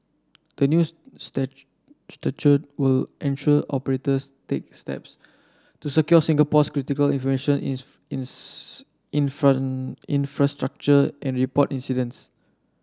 the new statute will ensure operators take steps to secure Singapore's critical information infrastructure and report incidents